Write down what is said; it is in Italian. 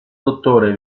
dottore